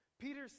Peter